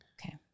Okay